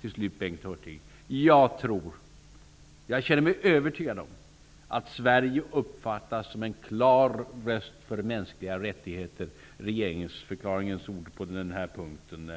Till slut känner jag mig övertygad om att Sverige uppfattas som en klar röst för mänskliga rättigheter. Regeringsförklaringens ord på den punkten